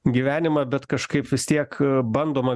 gyvenimą bet kažkaip vis tiek bandoma